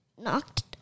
knocked